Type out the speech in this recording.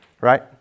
right